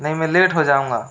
नहीं में लेट हो जाऊंगा